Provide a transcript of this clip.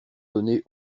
donné